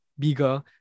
bigger